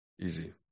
easy